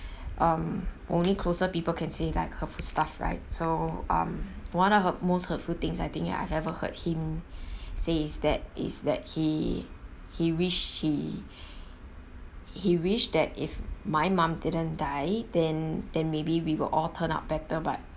um only closer people can say like hurtful stuff right so um one of the most hurtful things I think I've ever heard him says is that is that he he wished he he wished that if my mum didn't die then then maybe we will all turn out better but